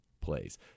plays